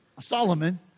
Solomon